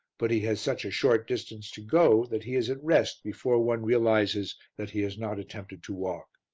but he has such a short distance to go that he is at rest before one realizes that he has not attempted to walk.